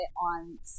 on